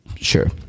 Sure